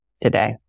today